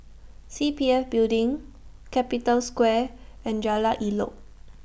C P F Building Capital Square and Jalan Elok